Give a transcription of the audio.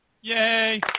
Yay